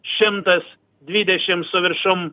šimtas dvidešim su viršum